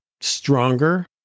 stronger